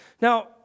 Now